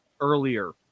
earlier